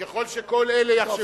ככל שכל אלה יחשבו,